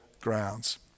grounds